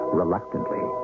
reluctantly